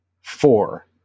four